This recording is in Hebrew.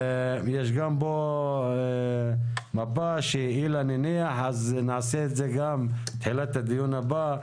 יש פה גם מפה שאילן הניח אז נעשה את זה גם בתחילת הדיון הבא.